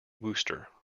wooster